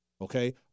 Okay